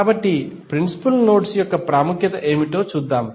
కాబట్టి principal nodes యొక్క ప్రాముఖ్యత ఏమిటో చూద్దాం